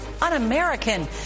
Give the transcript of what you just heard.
un-American